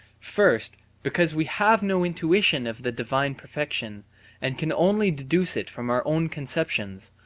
first, because we have no intuition of the divine perfection and can only deduce it from our own conceptions,